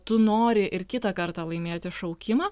tu nori ir kitą kartą laimėti šaukimą